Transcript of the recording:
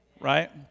right